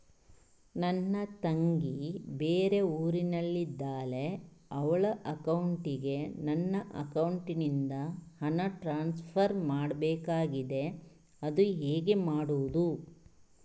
ನನ್ನ ತಂಗಿ ಬೇರೆ ಊರಿನಲ್ಲಿದಾಳೆ, ಅವಳ ಅಕೌಂಟಿಗೆ ನನ್ನ ಅಕೌಂಟಿನಿಂದ ಹಣ ಟ್ರಾನ್ಸ್ಫರ್ ಮಾಡ್ಬೇಕಾಗಿದೆ, ಅದು ಹೇಗೆ ಮಾಡುವುದು?